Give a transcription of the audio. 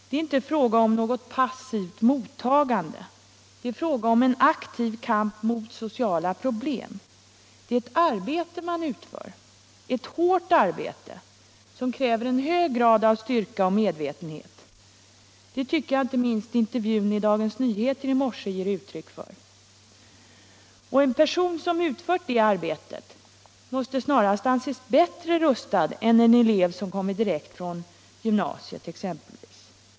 Det är inte fråga om något passivt mottagande — det är fråga om en aktiv kamp mot sociala problem. Det är ett arbete man utför, ett hårt arbete som kräver en hög grad av styrka och medvetenhet. Det tycker jag inte minst intervjun i Dagens Nyheter i morse ger uttryck för. Och en person som utfört detta arbete måste anses betydligt bättre rustad än exempelvis en elev som kommer direkt från gymnasiet.